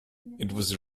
was